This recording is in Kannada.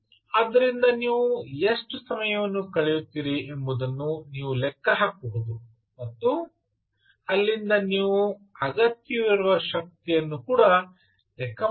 ಆದ್ದರಿಂದ ನೀವು ಎಷ್ಟು ಸಮಯವನ್ನು ಕಳೆಯುತ್ತೀರಿ ಎಂಬುದನ್ನು ನೀವು ಲೆಕ್ಕ ಹಾಕಬಹುದು ಮತ್ತು ಅಲ್ಲಿಂದ ನೀವು ಅಗತ್ಯವಿರುವ ಶಕ್ತಿಯನ್ನು ಲೆಕ್ಕ ಹಾಕಬಹುದು